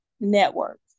network